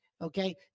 okay